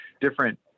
different